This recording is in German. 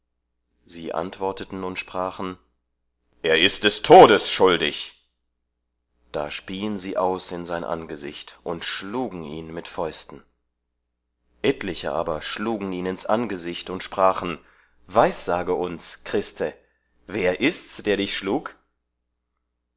sie antworteten und sprachen er ist des todes schuldig da spieen sie aus in sein angesicht und schlugen ihn mit fäusten etliche aber schlugen ihn ins angesicht und sprachen weissage uns christe wer ist's der dich schlug